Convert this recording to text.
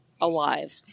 alive